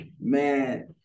Man